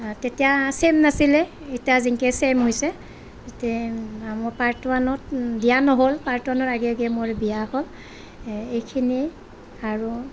তেতিয়া ছেম নাছিলে এতিয়া যেনেকৈ ছেম হৈছে তাতে মই পাৰ্ট ওৱানত দিয়া ন'হল পাৰ্ট ওৱানৰ আগে আগে মোৰ বিয়া হ'ল এইখিনিয়ে আৰু